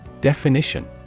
Definition